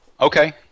Okay